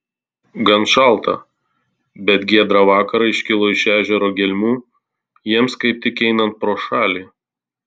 gan šaltą bet giedrą vakarą iškilo iš ežero gelmių jiems kaip tik einant pro šalį